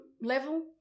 level